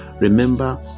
Remember